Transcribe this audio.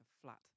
flat